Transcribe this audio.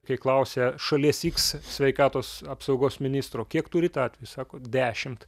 kai klausė šalies iks sveikatos apsaugos ministro kiek turit atvejų sako dešimt